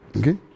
Okay